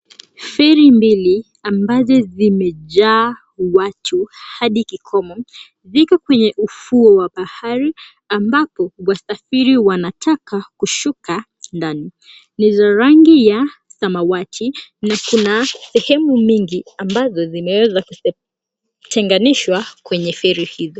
Feri mbili ambazo zimejaa watu hadi kikomo ziko wenye ufuo wa bahari ambapo wasafiri wanataka kushuka ndani. Ni za rangi ya samawati na kuna sehemu mingi ambazo zimeweza kutenganishwa kwenye feri hizo.